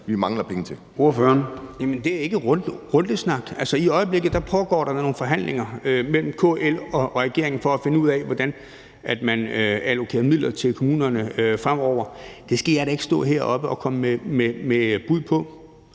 Det er ikke rundesnak. I øjeblikket pågår der nogle forhandlinger mellem KL og regeringen for at finde ud af, hvordan man allokerer midler til kommunerne fremover. Det skal jeg da ikke stå heroppe og komme med bud på.